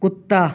کتا